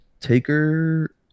Taker